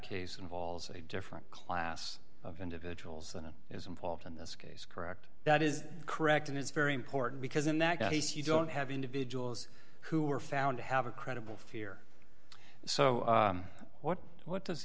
case involves a different class of individuals than it is involved in this case correct that is correct and it's very important because in that case you don't have individuals who are found to have a credible fear so what what does